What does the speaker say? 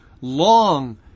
long